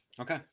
Okay